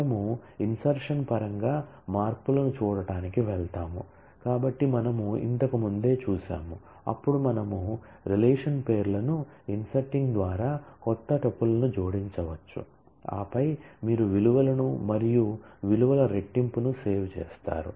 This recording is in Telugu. మనము ఇన్సర్షన్ ద్వారా క్రొత్త టుపుల్ను జోడించవచ్చు ఆపై మీరు విలువలను మరియు విలువల రెట్టింపును సేవ్ చేస్తారు